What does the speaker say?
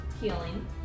healing